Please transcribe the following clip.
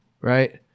right